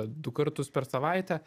du kartus per savaitę